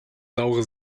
saure